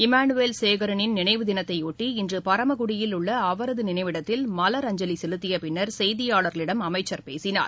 Emmanuel சேகரனின் நினைவு தினத்தை ஒட்டி இன்று பரமக்குடியில் உள்ள அவரது நிளைவிடத்தில் மலர் அஞ்சலி செலுத்தியபின்னர் செய்தியாளர்களிடம் அமைச்சர் பேசினார்